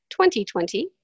2020